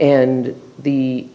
and the